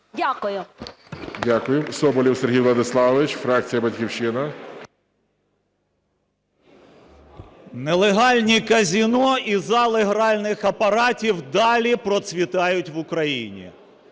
Дякую. Соболєв Сергій Владиславович, фракція "Батьківщина". 12:57:51 СОБОЛЄВ С.В. Нелегальні казино і зали гральних апаратів далі процвітають в Україні.